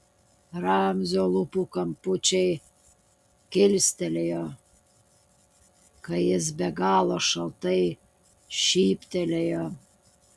ramzio lūpų kampučiai kilstelėjo kai jis be galo šaltai šyptelėjo